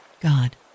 God